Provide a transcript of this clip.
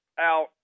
out